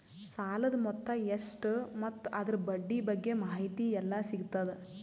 ಸಾಲದ ಮೊತ್ತ ಎಷ್ಟ ಮತ್ತು ಅದರ ಬಡ್ಡಿ ಬಗ್ಗೆ ಮಾಹಿತಿ ಎಲ್ಲ ಸಿಗತದ?